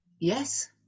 Yes